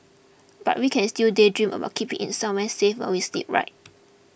but we can still daydream about keeping it somewhere safe while we sleep right